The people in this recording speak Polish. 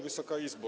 Wysoka Izbo!